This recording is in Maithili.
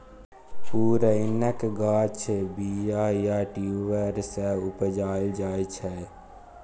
पुरैणक गाछ बीया या ट्युबर सँ उपजाएल जाइ छै